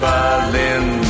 Berlin